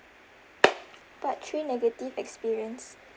part three negative experience